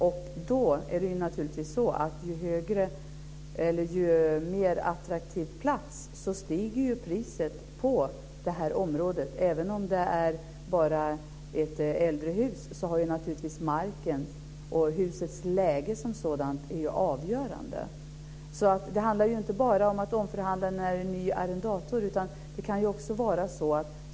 Ju mer attraktiv plats, desto mer stiger priset på området. Även om det bara är ett äldre hus är naturligtvis marken och husets läge som sådant det avgörande. Det handlar inte bara om att omförhandla när en ny arrendator kommer.